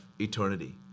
eternity